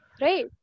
Right